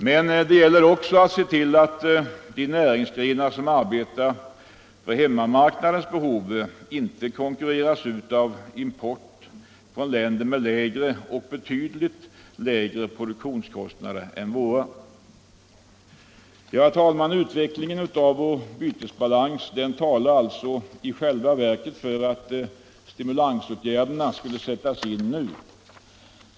Men det gäller också att se till att de näringsgrenar som arbetar för hemmamarknadens behov inte konkurreras ut av import från länder med lägre — och betydligt lägre — produktionskostnader än våra. Herr talman! Utvecklingen av vår bytesbalans talar alltså i själva verket för att stimulansåtgärderna skulle sättas in nu.